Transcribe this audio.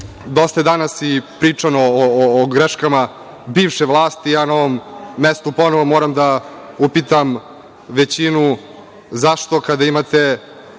dosta je danas pričano o greškama bivše vlasti. Ja na ovom mestu ponovo moram da upitam većinu, zašto, kada imate